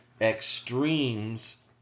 extremes